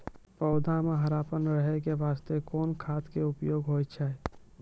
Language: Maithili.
पौधा म हरापन रहै के बास्ते कोन खाद के उपयोग होय छै?